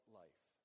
life